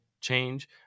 change